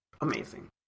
amazing